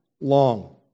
long